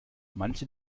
manche